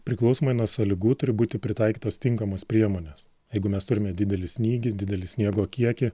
priklausomai nuo sąlygų turi būti pritaikytos tinkamos priemonės jeigu mes turime didelį snygį didelį sniego kiekį